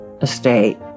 estate